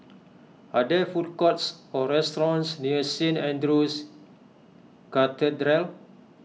are there food courts or restaurants near Saint andrew's Cathedral